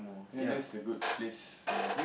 and that's a good place ya